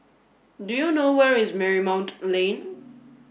do you know where is Marymount Lane